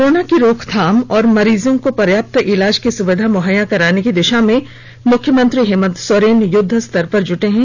corona की रोकथाम और मरीजों को पर्याप्त इलाज की सुविधा मुहैया कराने की दिशा में मुख्यमंत्री हेमंत सोरेन युद्धस्तर पर जुटे हुए हैं